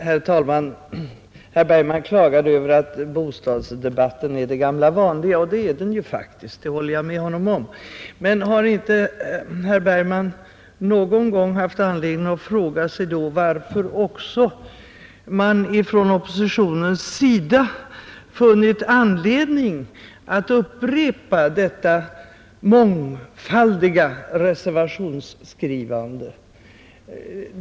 Herr talman! Herr Bergman klagade över att bostadsdebatten är den gamla vanliga, och det är den ju faktiskt — det håller jag med honom om. Men har inte herr Bergman någon gång haft anledning att då fråga sig, varför man från oppositionens sida funnit anledning att upprepa detta mångfaldiga reservationsskrivande?